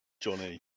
Johnny